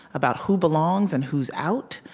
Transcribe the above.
about who belongs and who's out,